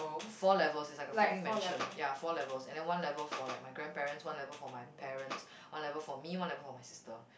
four levels it's like a freaking mansion ya four levels and then one level for like my grandparents one level for my parents one level for me one level for my sister